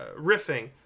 riffing